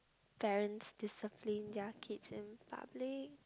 parents discipline their kids in public